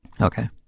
Okay